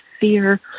fear